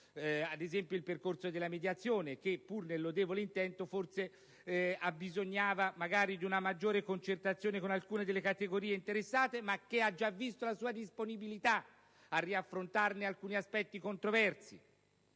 ad esempio il percorso della mediazione che, pur nel lodevole intento, forse abbisognava magari di una maggiore concertazione con alcune delle categorie interessate, anche se vi è stata già la sua disponibilità a riaffrontare alcuni aspetti controversi.